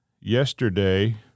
yesterday